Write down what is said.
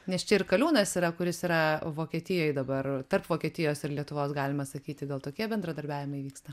nes čia ir kaliūnas yra kuris yra vokietijoj dabar tarp vokietijos ir lietuvos galima sakyti gal tokie bendradarbiavimai vyksta